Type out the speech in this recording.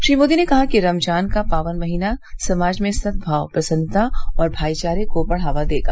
श्री मोदी ने कहा कि रमजान का पावन महीना समाज में सदमाव प्रसन्नता और भाइचारे को बढावा देगा